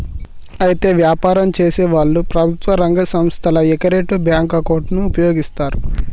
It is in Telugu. అయితే వ్యాపారం చేసేవాళ్లు ప్రభుత్వ రంగ సంస్థల యొకరిటివ్ బ్యాంకు అకౌంటును ఉపయోగిస్తారు